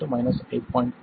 8 0